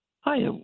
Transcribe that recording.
Hi